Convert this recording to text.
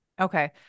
Okay